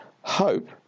Hope